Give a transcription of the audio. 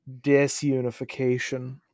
disunification